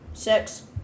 Six